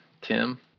Tim